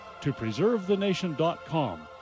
topreservethenation.com